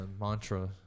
mantra